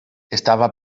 estava